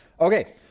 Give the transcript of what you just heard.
Okay